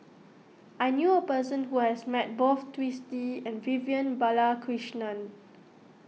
I knew a person who has met both Twisstii and Vivian Balakrishnan